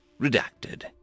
redacted